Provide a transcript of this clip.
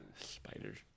Spiders